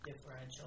differential